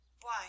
Why